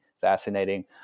fascinating